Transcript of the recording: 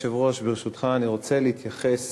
אדוני היושב-ראש, ברשותך, אני רוצה להתייחס